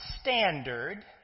standard